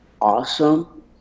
awesome